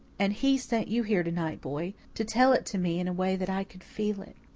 and he sent you here to-night, boy, to tell it to me in a way that i could feel it.